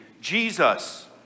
Jesus